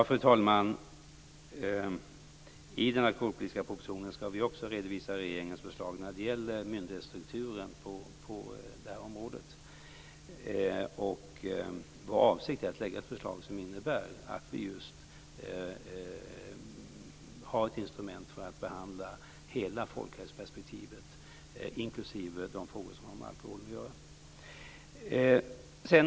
Fru talman! I den alkoholpolitiska propositionen skall vi också redovisa regeringens förslag när det gäller myndighetsstrukturen på det här området. Det är vår avsikt att lägga fram ett förslag som innebär att vi har ett instrument för att behandla hela folkhälsoperspektivet inklusive de frågor som har med alkoholen att göra.